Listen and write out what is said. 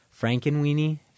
Frankenweenie